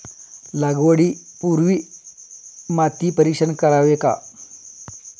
लागवडी पूर्वी माती परीक्षण करावे का?